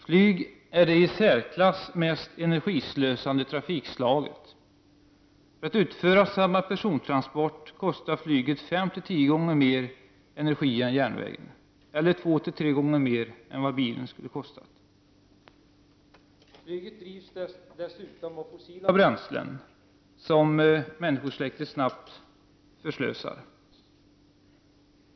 Flyg är det i särklass mest energislösande trafikslaget. För att utföra samma persontransport kostar flyget 5-10 gånger mer energi än järnvägen eller 2-3 gånger mer än vad bilen skulle kosta. Flyget drivs dessutom av fossila bränslen, som människosläktet snabbt förslösar.